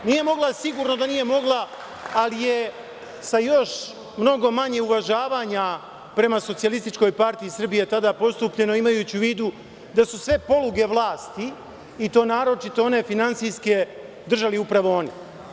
Nije mogla, sigurno da nije mogla, ali je sa još mnogo manje uvažavanja prema SPS tada postupljeno, imajući u vidu da su sve poluge vlasti, i to naročito one finansijske, držali upravo oni.